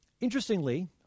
Interestingly